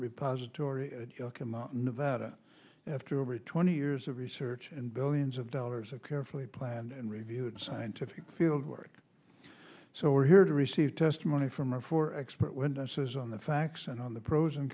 repository nevada after over twenty years of research and billions of dollars of carefully planned and reviewed scientific field work so we're here to receive testimony from our four expert witnesses on the facts and on the pros and